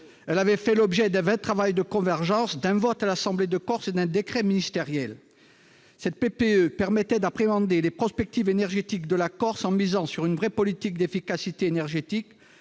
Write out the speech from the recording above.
elle avait fait l'objet d'un vrai travail de convergence, d'un vote à l'Assemblée de Corse et d'un décret. Elle permettait d'appréhender les perspectives énergétiques de la Corse, en misant sur une véritable politique d'efficacité énergétique